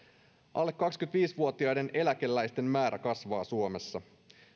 alle kaksikymmentäviisi vuotiaiden eläkeläisten määrä kasvaa suomessa